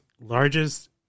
largest